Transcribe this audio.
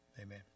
amen